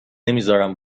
نمیزارم